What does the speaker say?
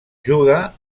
juga